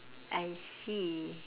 I see